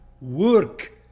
work